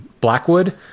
blackwood